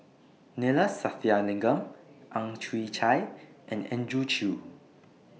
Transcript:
Neila Sathyalingam Ang Chwee Chai and Andrew Chew